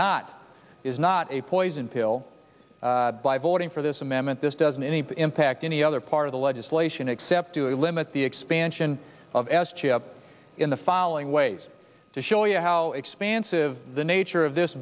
not is not a poison pill by voting for this amendment this doesn't any impact any other part of the legislation except to limit the expansion of s chip in the following ways to show you how expansive the nature of this